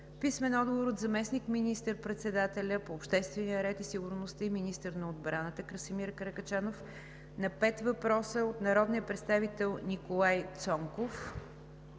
Димов Иванов; - заместник министър-председателя по обществения ред и сигурността и министър на отбраната Красимир Каракачанов на пет въпроса от народния представител Николай Цонков;